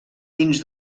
dins